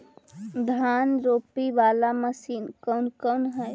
धान रोपी बाला मशिन कौन कौन है?